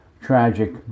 tragic